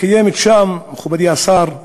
הקיימת שם, מכובדי השר,